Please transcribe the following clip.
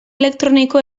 elektroniko